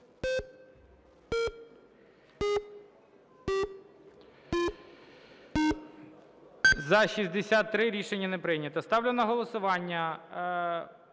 За-66 Рішення не прийнято. Що? Ставлю на голосування